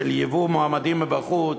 של ייבוא מועמדים מבחוץ,